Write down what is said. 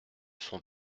sont